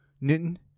Newton